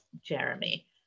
Jeremy